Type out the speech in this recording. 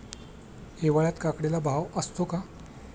हिवाळ्यात काकडीला भाव असतो का?